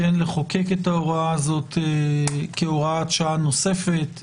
כן לחוקק את ההוראה הזאת כהוראת שעה נוספת,